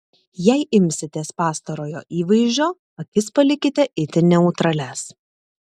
jei imsitės pastarojo įvaizdžio akis palikite itin neutralias